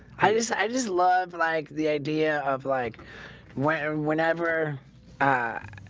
i just i just love like the idea of like when whenever ah